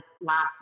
last